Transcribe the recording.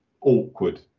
awkward